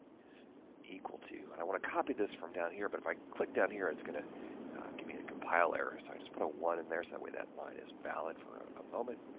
is equal to, and i want to copy this from down here, but if i click down here, it's going to give me a compile error. so i just put a one in there so that way that line is valid for ah a moment,